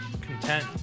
content